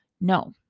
No